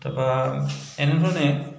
তাৰ পৰা এনেধৰণে